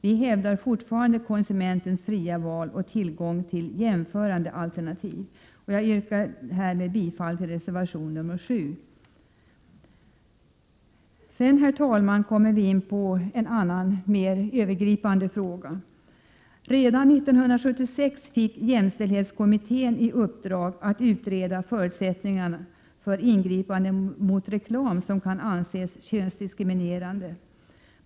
Vi hävdar fortfarande konsumentens fria val och tillgång till jämförande alternativ. Jag yrkar härmed bifall till reservation 7. Sedan, herr talman, kommer vi in på en annan och mer övergripande fråga. Redan 1976 fick jämställdhetskommittén i uppdrag att utreda förutsättningarna för ingripande mot reklam som kan anses könsdiskriminerande.